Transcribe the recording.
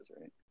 right